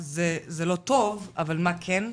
זה לא טוב, אבל מה כן?